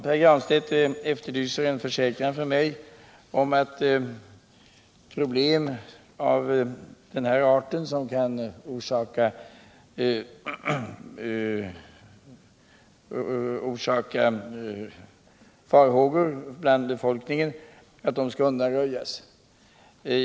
Pär Granstedt efterlyser en försäkran från mig om att problem av den här arten, som kan orsaka farhågor bland befolkningen, skall undanröjas.